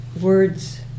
words